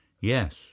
Yes